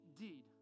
indeed